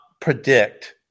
predict